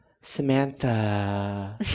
Samantha